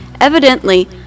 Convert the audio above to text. Evidently